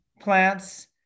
plants